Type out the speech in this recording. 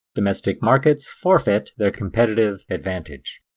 domestic markets forfeit their competitive advantage.